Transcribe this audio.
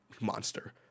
monster